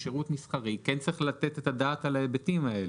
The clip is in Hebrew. הוא שירות מסחריוכן צריך לתת את הדעת על ההיבטים האלה.